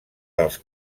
dels